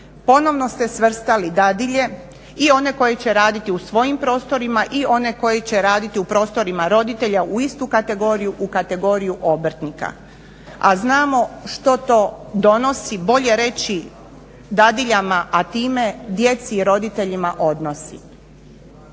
Ponovno ste svrstali dadilje i one koje će raditi u svojim prostorima i one koji će raditi u prostorima roditelja u istu kategoriju, u kategoriju obrtnika. A znamo što to donosi bolje reći dadiljama, a time djeci i roditeljima odnos.